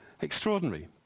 Extraordinary